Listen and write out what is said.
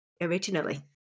originally